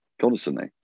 Constantly